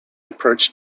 approach